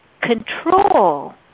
control